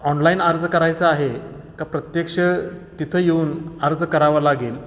online अर्ज करायचं आहे का प्रत्यक्ष तिथं येऊन अर्ज करावं लागेल